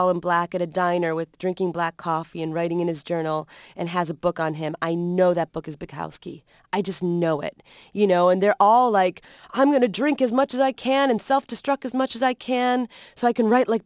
all in black at a diner with drinking black coffee and writing in his journal and has a book on him i know that book is because ski i just know it you know and they're all like i'm going to drink as much as i can and self destruct as much as i can so i can write like